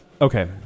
okay